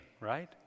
right